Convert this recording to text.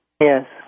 Yes